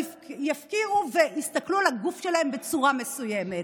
יפקירו ויסתכלו על הגוף שלהן בצורה מסוימת.